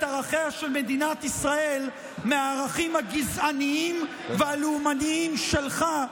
ערכיה של מדינת ישראל מהערכים הגזעניים והלאומניים שלך,